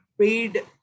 paid